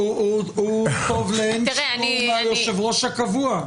הוא טוב לאין שיעור מהיושב-ראש הקבוע,